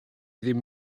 ddim